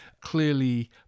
clearly